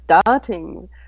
starting